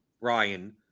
Ryan